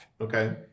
Okay